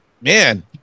man